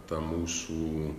ta mūsų